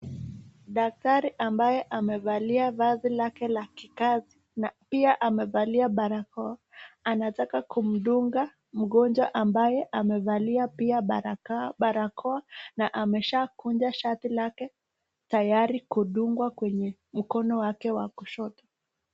Daktari ambaye amevalia vazi lake la kikazi na pia amevalia barakoa anataka kumdunga mgonjwa ambaye amevalia pia barakoa na ameshakunja shati lake tayari kudungwa kwenye mkono wake wa kushoto.